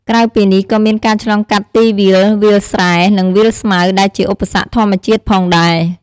ក្រៅពីនេះក៏មានការឆ្លងកាត់ទីវាល វាលស្រែ និងវាលស្មៅ ដែលជាឧសគ្គធម្មជាតិផងដែរ។